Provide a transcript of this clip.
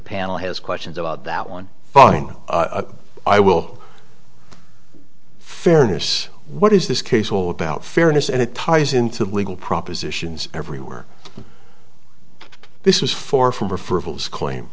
panel has questions about that one fine i will fairness what is this case all about fairness and it ties into legal propositions everywhere this is for